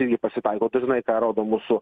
irgi pasitaiko tai žinai ką rodo mūsų